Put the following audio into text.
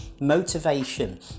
motivation